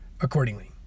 accordingly